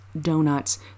Donuts